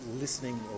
listening